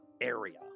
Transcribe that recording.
area